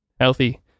Healthy